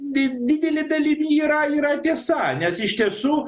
di didele dalimi yra yra tiesa nes iš tiesų